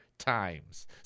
times